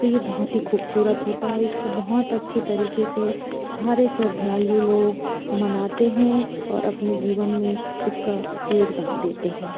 तो ये बहुत ही खूबसूरत होता है इसको बहुत अच्छे तरीके से सारे श्रद्धालु लोग मनाते हैं और अपने जीवन में उसका योगदान देते हैं